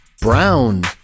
brown